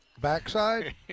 backside